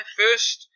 first